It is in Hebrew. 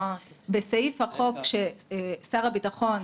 בסעיף החוק שר הביטחון,